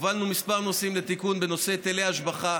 הובלנו כמה נושאים לתיקון בנושא היטלי השבחה.